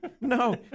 no